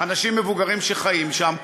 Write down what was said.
אנשים מבוגרים שחיים שם.